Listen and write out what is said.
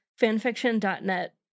Fanfiction.net